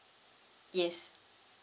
yes